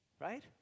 Right